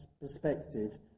perspective